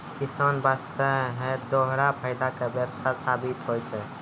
किसान वास्तॅ है दोहरा फायदा के व्यवसाय साबित होय छै